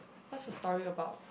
what's the story about